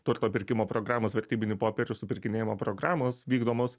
turto pirkimo programos vertybinių popierių supirkinėjimo programos vykdomos